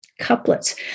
couplets